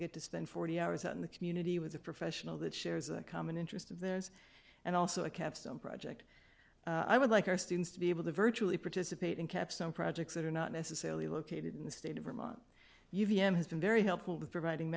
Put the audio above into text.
get to spend forty hours out in the community with a professional that shares a common interest of theirs and also a capstone project i would like our students to be able to virtually participate in caps on projects that are not necessarily located in the state of vermont you v m has been very helpful with providing